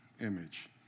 image